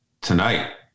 Tonight